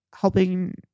helping